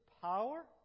power